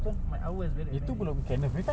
my hour is very expensive